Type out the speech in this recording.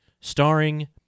Starring